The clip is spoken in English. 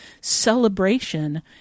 celebration